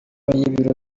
y’ibiro